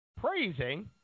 praising